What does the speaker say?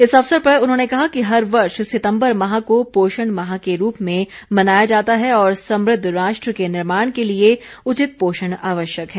इस अवसर पर उन्होंने कहा कि हर वर्ष सितंबर माह को पोषण माह के रूप में मनाया जाता है और समुद्व राष्ट्र के निर्माण के लिए उचित पोषण आवश्यक है